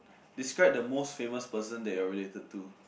describe the most famous person that you are related to